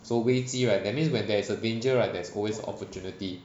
so 危机 right that means when there is a danger right there's always a opportunity